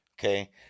okay